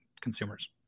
consumers